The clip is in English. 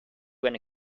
when